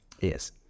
Yes